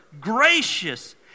gracious